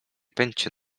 pędźcie